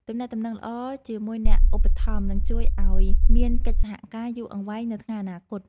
ទំនាក់ទំនងល្អជាមួយអ្នកឧបត្ថម្ភនឹងជួយឱ្យមានកិច្ចសហការយូរអង្វែងទៅថ្ងៃអនាគត។